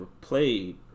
played